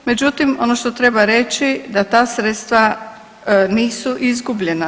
Međutim, ono što treba reći da ta sredstva nisu izgubljena.